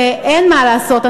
ואין מה לעשות,